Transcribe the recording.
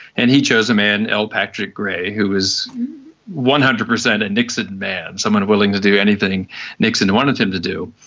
and he chose a man, l patrick gray, who was one hundred percent a and nixon man, someone willing to do anything nixon wanted him to do.